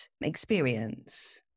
experience